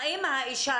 האם האישה,